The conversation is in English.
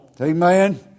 Amen